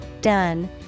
done